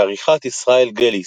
בעריכת ישראל גליס,